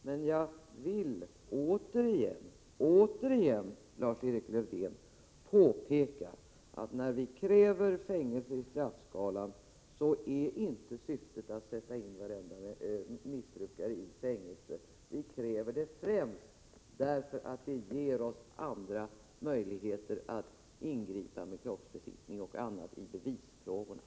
Men jag vill återigen påpeka, Lars-Erik Lövdén, att när vi kräver fängelse i straffskalan, är inte syftet att sätta in varenda missbrukare i fängelse. Vi kräver det främst därför att det ger oss andra möjligheter att ingripa med kroppsbesiktning och annat i bevisfrågorna.